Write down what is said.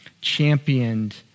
championed